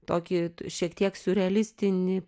tokį šiek tiek siurrealistinį